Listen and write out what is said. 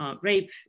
rape